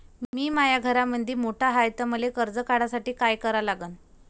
मी माया घरामंदी मोठा हाय त मले कर्ज काढासाठी काय करा लागन?